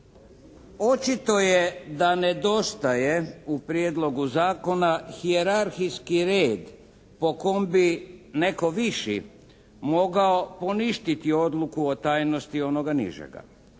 Očito je da nedostaje u prijedlogu zakona hijerarhijski red po kom bi netko viši mogao poništiti odluku o tajnosti onoga nižega.